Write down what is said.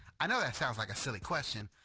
i know that sounds like a silly question,